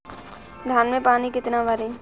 धान में पानी कितना भरें?